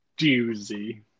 doozy